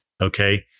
Okay